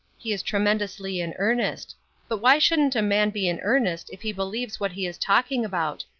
he is tremendously in earnest but why shouldn't a man be in earnest if he believes what he is talking about.